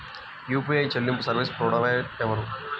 UPI చెల్లింపు service provider ఎవరు?